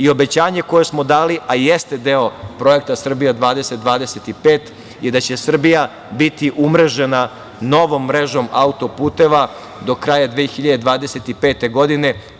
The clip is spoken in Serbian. Obećanje koje smo dali, a jeste deo projekta Srbija 2025 je da će Srbija biti umrežena novom mrežom autoputeva do kraja 2025. godine.